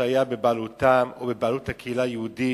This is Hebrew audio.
שהיה בבעלותם ובבעלות הקהילה היהודית,